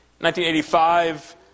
1985